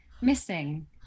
missing